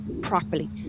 properly